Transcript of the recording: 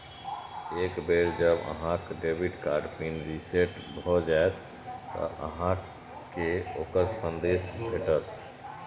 एक बेर जब अहांक डेबिट कार्ड पिन रीसेट भए जाएत, ते अहांक कें ओकर संदेश भेटत